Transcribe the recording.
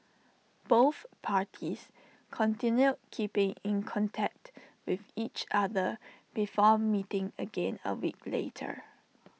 both parties continued keeping in contact with each other before meeting again A week later